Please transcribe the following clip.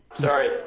Sorry